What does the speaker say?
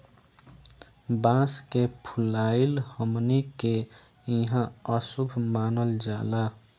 बांस के फुलाइल हमनी के इहां अशुभ मानल जाला